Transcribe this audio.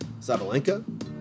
Sabalenka